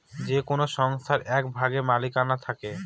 যে কোনো সংস্থার এক ভাগ মালিকানা থাকে